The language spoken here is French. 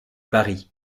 paris